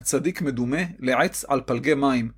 צדיק מדומה לעץ על פלגי מים